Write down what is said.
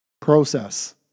process